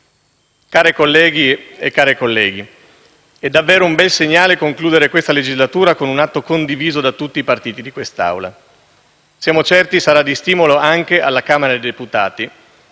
Care colleghe e cari colleghi, è davvero un bel segnale concludere questa legislatura con un atto condiviso da tutti i partiti di quest'Assemblea. Siamo certi sarà di stimolo anche alla Camera dei deputati,